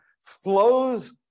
flows